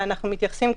ואנחנו מתייחסים,